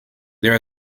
there